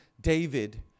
David